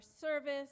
service